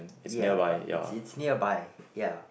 ya but it's it nearby